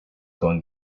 going